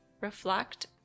reflect